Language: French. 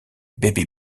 baby